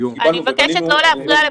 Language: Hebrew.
מבקשת לא להפריע לפרופ'